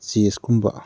ꯆꯦꯁꯀꯨꯝꯕ